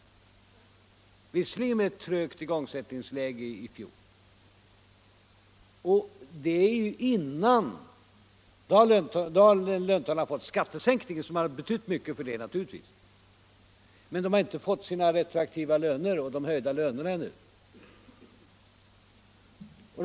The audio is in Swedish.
Det var visserligen ett trögt igångsättningsläge i fjol, och löntagarna har fått sin skattesänkning, som naturligtvis betytt mycket för dem, men å andra sidan har de ännu inte fått sina lönehöjningar och sina retroaktiva påslag.